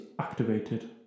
activated